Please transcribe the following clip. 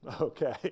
Okay